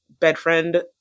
Bedfriend